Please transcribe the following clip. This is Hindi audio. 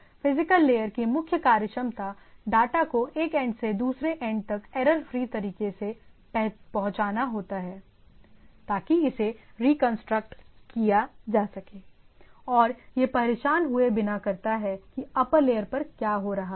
फिजिकल लेयर की मुख्य कार्यक्षमता डाटा को एक एंड से दूसरे एंड पर एरर फ्री तरीके से पहुंचाना होता है ताकि इसे रिकंस्ट्रक्ट किया जा सके और यह परेशान हुए बिना करता है कि अप्पर लेयर पर क्या हो रहा है